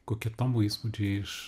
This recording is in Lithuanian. kokie tavo įspūdžiai iš